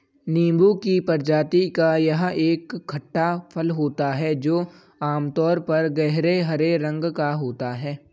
नींबू की प्रजाति का यह एक खट्टा फल होता है जो आमतौर पर गहरे हरे रंग का होता है